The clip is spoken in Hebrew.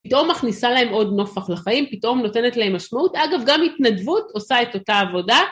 פתאום מכניסה להם עוד נופך לחיים, פתאום נותנת להם משמעות, אגב, גם התנדבות עושה את אותה עבודה.